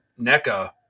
neca